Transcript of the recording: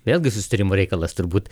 vėl gi susitarimo reikalas turbūt